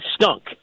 stunk